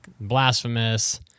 Blasphemous